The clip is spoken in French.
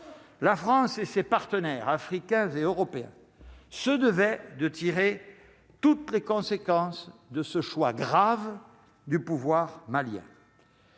la France et ses partenaires africains et européens se devait de tirer toutes les conséquences de ce choix grave du pouvoir malien.